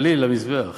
כליל למזבח,